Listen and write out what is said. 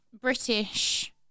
British